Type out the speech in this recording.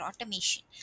Automation